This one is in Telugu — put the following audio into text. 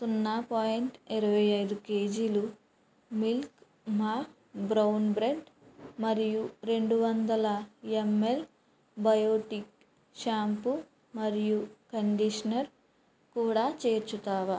సున్నా పాయింట్ ఇరవై ఐదు కేజీలు మిల్క్ మా బ్రౌన్ బ్రెడ్ మరియు రెండు వందల ఎంఎల్ బయోటిక్ షాంపు మరియు కండిషనర్ కూడా చేర్చుతావా